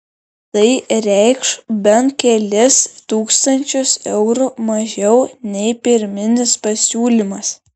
tai reikš bent kelis tūkstančius eurų mažiau nei pirminis pasiūlymas